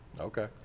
Okay